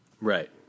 Right